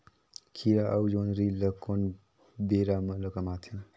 खीरा अउ जोंदरी ल कोन बेरा म कमाथे?